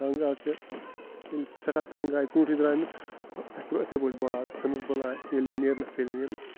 تنٛگ آ کے ییٚلہِ سٮ۪ٹھاہ تنٛگ آے ژوٗنٛٹھی درٛاے نہٕ وۄنۍ اَسہِ تُل یِتھَے پٲٹھۍ باغ ژھٕنُس بَلاے ییٚلی نیرنَس تیٚلہِ نیرنَس